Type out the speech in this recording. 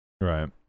Right